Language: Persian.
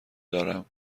دارم